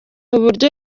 uburyo